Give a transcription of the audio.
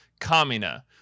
Kamina